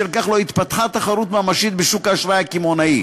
שבשל כך גם לא התפתחה תחרות ממשית בשוק האשראי הקמעונאי.